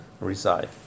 reside